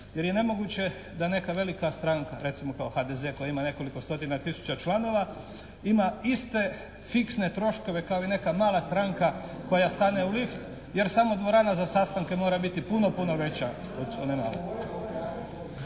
jer je nemoguće da neka velika stranka recimo kao HDZ koja ima nekoliko stotina tisuća članova ima iste fiksne troškove kao i neka mala stranka koja stane u lift jer samo dvorana za sastanke mora biti puno, puno veća od one male.